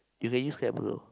you can use that bro